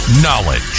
Knowledge